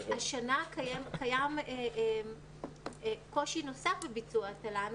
השנה קיים קושי נוסף לביצוע תל"ן,